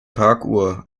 parkuhr